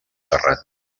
terrat